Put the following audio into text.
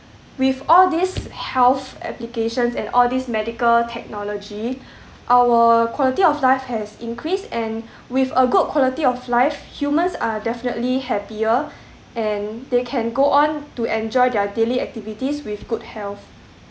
with all these health applications and all these medical technology our quality of life has increased and with a good quality of life humans are definitely happier and they can go on to enjoy their daily activities with good health